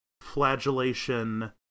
flagellation